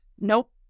nope